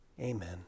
Amen